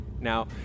now